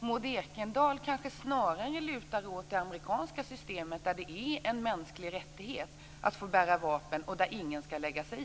Maud Ekendahl lutar kanske snarare åt det amerikanska systemet där det är en mänsklig rättighet att bära vapen och där ingen ska lägga sig i.